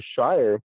Shire